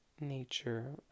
nature